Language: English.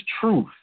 truth